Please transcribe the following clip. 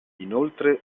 inoltre